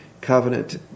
covenant